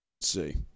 see